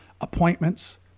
appointments